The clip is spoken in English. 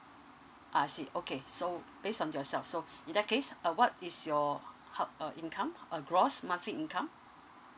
I see okay so based on yourself so in that case uh what is your ho~ uh income uh gross monthly income